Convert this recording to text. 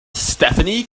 stephanie